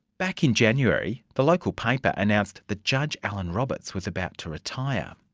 back in january the local paper announced that judge allan roberts was about to retire.